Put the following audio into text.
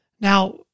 Now